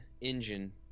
engine